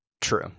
true